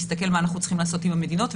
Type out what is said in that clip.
להסתכל מה אנחנו צריכים לעשות עם המדינות,